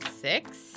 six